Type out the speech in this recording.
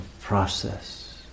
process